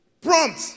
prompt